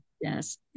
Yes